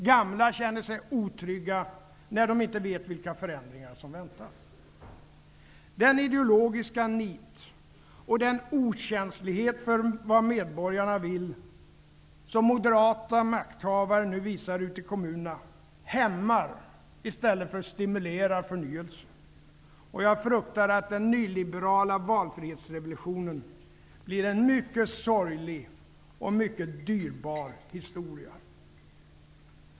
Gamla känner sig otrygga, när de inte vet vilka förändringar som väntar. Den ideologiska nit -- och den okänslighet för vad medborgarna vill -- som moderata makthavare nu visar ute i kommunerna hämmar förnyelse i stället för stimulerar. Jag fruktar att den nyliberala ''valfrihetsrevolutionen'' blir en mycket sorglig och mycket dyrbar historia.